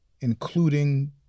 including